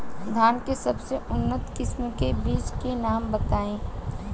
धान के सबसे उन्नत किस्म के बिज के नाम बताई?